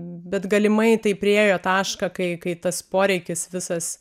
bet galimai tai priėjo tašką kai kai tas poreikis visas